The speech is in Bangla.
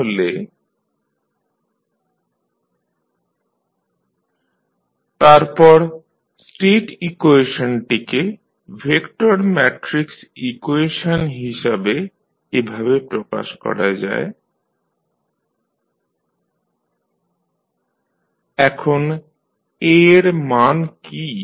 তাহলে x1ty x2tdydt x3td2ydt2 তারপর স্টেট ইকুয়েশনটিকে ভেক্টর ম্যাট্রিক্স ইকুয়েশন হিসাবে এভাবে প্রকাশ করা যায় dxdtAxtBu এখন A এর মান কী